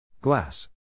Glass